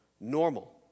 normal